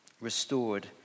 restored